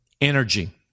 energy